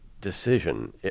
decision